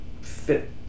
fit